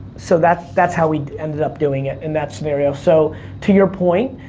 so that's that's how we ended up doing it in that scenario. so to your point,